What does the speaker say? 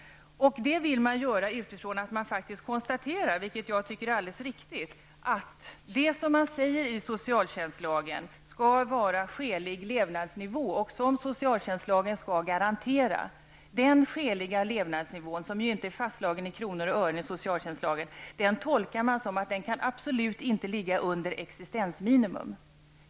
Det vill man göra utifrån att man faktiskt konstaterar, vilket jag tycker är alldeles riktigt, att det som enligt socialtjänstlagen skall vara skälig levnadsnivå skall socialtjänstlagen garantera. Den skäliga levnadsnivån är ju inte fastslagen i kronor och ören i socialtjänstlagen, men man tolkar den så att den kan absolut inte ligga under existensminimum.